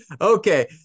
Okay